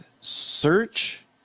search